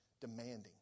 demanding